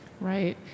Right